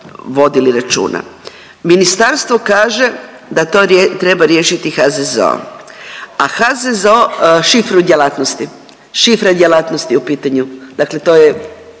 vodili računa. Ministarstvo kaže da to treba riješiti HZZO, a HZZO, šifru djelatnosti, šifra djelatnosti je u pitanju, dakle to je,